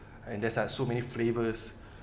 and there are so many flavours